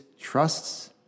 trusts